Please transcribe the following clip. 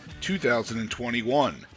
2021